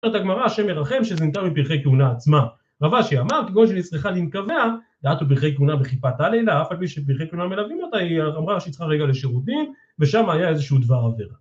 אומרת הגמרא, השם ירחם, שזינתה מפרחי כהונה עצמם, רבה אשי אמר, כגון שנצרכה לנקביה, דאתו פרחי תאונה בכיפה תלי לה, אף על מי שפרחי תאונה מלווים אותה, היא אמרה שהיא צריכה רגע לשירותים, ושם היה איזשהו דבר עבירה.